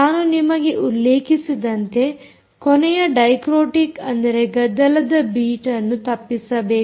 ನಾನು ನಿಮಗೆ ಉಲ್ಲೇಖಿಸಿದಂತೆ ಕೊನೆಯ ಡೈಕ್ರೋಟಿಕ್ ಅಂದರೆ ಗದ್ದಲದ ಬೀಟ್ ಅನ್ನು ತಪ್ಪಿಸಬೇಕು